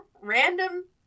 random